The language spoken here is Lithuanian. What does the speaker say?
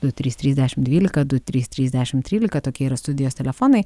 du trys trys dešimt dvylika du trys trys tešimt trylika tokie yra studijos telefonai